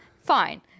fine